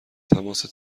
تماس